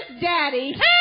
Daddy